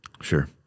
Sure